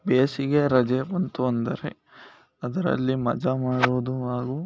ಬೇಸಿಗೆ ರಜೆ ಬಂತು ಅಂದರೆ ಅದರಲ್ಲಿ ಮಜಾ ಮಾಡುವುದು ಹಾಗೂ